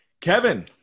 Kevin